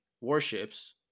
warships